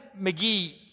McGee